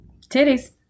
Titties